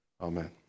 Amen